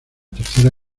tercera